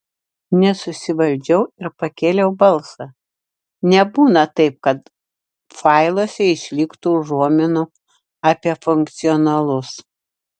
nesusivaldžiau ir pakėliau balsą nebūna taip kad failuose išliktų užuominų apie funkcionalus